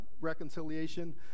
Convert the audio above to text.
reconciliation